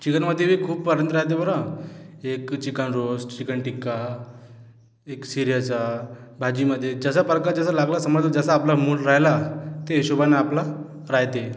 चिकनमध्येबी खूप वरायटी राहते बरं एक चिकन रोस्ट चिकन टिक्का एक सिरेझा भाजीमध्ये जसा प्रकार जसा लागला समज जसा आपला मूड राहिला ते हिशोबाने आपला राहते